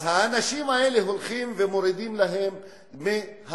אז האנשים האלה, הולכים ומורידים להם מהפנסיה,